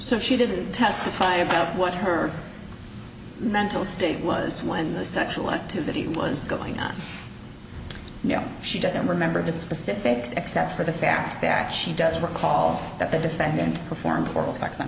so she didn't testify about what her mental state was when the sexual activity was going on no she doesn't remember the specifics except for the fact that she does recall that the defendant performed oral sex on